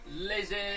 Lizard